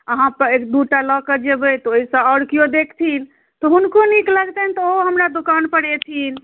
अहाँ तऽ एक दूटा लऽ कऽ जेबै तऽ ओहिसँ आओर कियो देखथिन तऽ हुनको नीक लगतनि तऽ ओहो हमरा दोकानपर एथिन